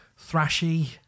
thrashy